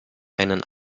einen